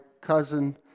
cousin